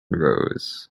rose